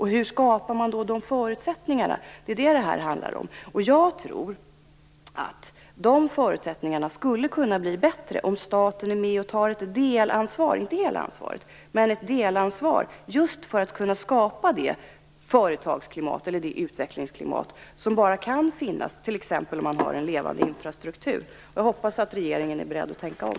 Hur skapar man de förutsättningarna? Det är vad det handlar om. Jag tror de förutsättningarna skulle kunna bli bättre om staten är med och tar ett delansvar, inte hela ansvaret, just för att kunna skapa det företagsklimat eller utvecklingsklimat som bara kan finnas om man t.ex. har en levande infrastruktur. Jag hoppas att regeringen är beredd att tänka om.